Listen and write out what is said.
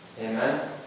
Amen